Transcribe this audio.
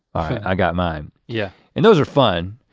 i got mine yeah. and those are fun.